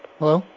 hello